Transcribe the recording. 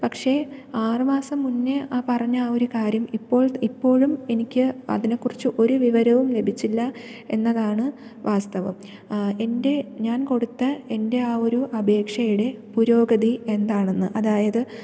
പക്ഷേ ആറുമാസം മുന്നേ ആ പറഞ്ഞ ഒരു കാര്യം ഇപ്പോൾ ഇപ്പോഴും എനിക്ക് അതിനെക്കുറിച്ച് ഒരു വിവരവും ലഭിച്ചില്ല എന്നതാണ് വാസ്തവം എൻ്റെ ഞാൻ കൊടുത്ത എൻ്റെ ആ ഒരു അപേക്ഷയുടെ പുരോഗതി എന്താണെന്ന് അതായത്